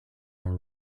more